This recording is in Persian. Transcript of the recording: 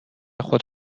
خود